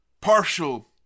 partial